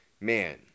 man